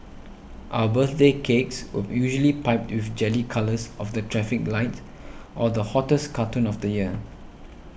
our birthday cakes were usually piped with jelly colours of the traffic lights or the hottest cartoon of the year